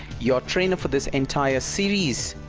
your trainer for this entire series.